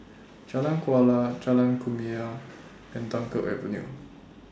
Jalan Kuala Jalan Kumia and Dunkirk Avenue